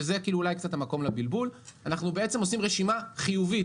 וזה אולי קצת המקום לבלבול אנחנו בעצם עושים רשימה חיובית,